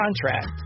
contract